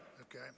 Okay